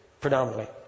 predominantly